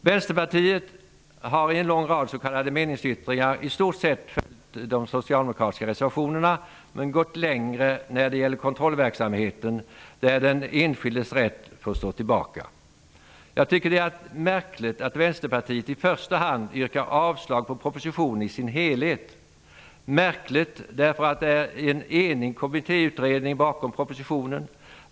Vänsterpartiet har i en lång rad s.k. meningsyttringar i stort sett följt de socialdemokratiska reservationerna men gått längre när det gäller kontrollverksamheten, där den enskildes rätt får stå tillbaka. Jag tycker att det är märkligt att Vänsterpartiet i första hand yrkar avslag på propositionen i dess helhet -- märkligt därför att en enig kommittéutredning står bakom propositionen.